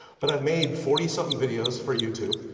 but i've made forty somethin' video's for youtube.